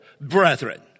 brethren